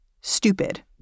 stupid